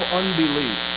unbelief